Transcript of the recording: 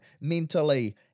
mentally